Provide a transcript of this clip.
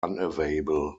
unavailable